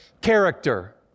character